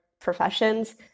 professions